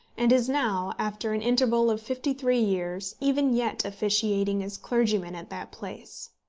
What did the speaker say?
and is now, after an interval of fifty-three years, even yet officiating as clergyman at that place.